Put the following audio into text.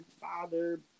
father